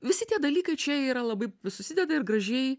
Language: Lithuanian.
visi tie dalykai čia yra labai susideda ir gražiai